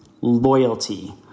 loyalty